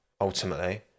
ultimately